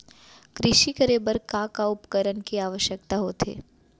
कृषि करे बर का का उपकरण के आवश्यकता होथे?